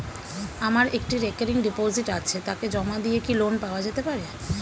আমার একটি recurring deposit আছে তাকে জমা দিয়ে কি লোন পাওয়া যেতে পারে?